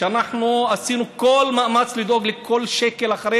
אנחנו עשינו כל מאמץ לדאוג לכל שקל אחרי